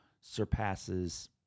surpasses